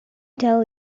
tell